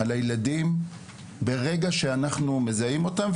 על הילדים ברגע שאנחנו מזהים אותם.